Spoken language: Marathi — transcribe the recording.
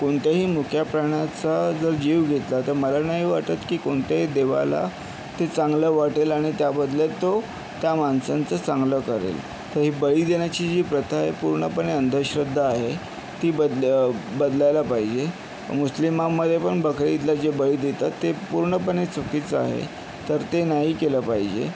कोणत्याही मुक्या प्राण्याचा जर जीव घेतला तर मला नाही वाटत की कोणत्याही देवाला ते चांगलं वाटेल आणि त्याबदल्यात तो त्या माणसांचं चांगलं करेल तर ही बळी देण्याची जी प्रथा आहे पूर्णपणे अंधश्रद्धा आहे ती बद बदलायला पाहिजे मुस्लिमामध्ये पण बकरी ईदला जे बळी देतात ते पूर्णपणे चुकीचं आहे तर ते नाही केलं पाहिजे